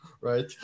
Right